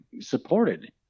supported